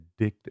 addictive